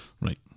right